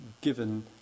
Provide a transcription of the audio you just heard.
given